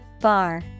bar